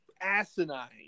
asinine